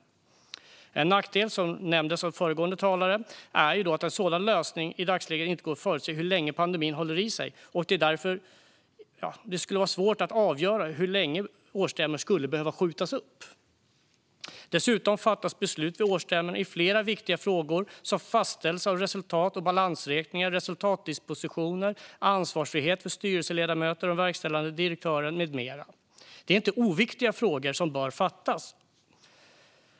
En nackdel med en sådan lösning är, som nämndes av föregående talare, att det i dagsläget inte går att förutse hur länge pandemin håller i sig. Det skulle därför vara svårt att avgöra hur länge årsstämmorna skulle behöva skjutas upp. Dessutom fattas beslut vid årsstämmorna i flera viktiga frågor såsom fastställande av resultat och balansräkningar och resultatdispositioner, ansvarsfrihet för styrelseledamöterna och den verkställande direktören med mera. Detta är inte oviktiga frågor, och beslut bör fattas i dem.